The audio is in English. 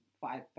five